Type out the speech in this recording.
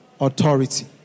Authority